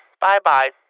Bye-bye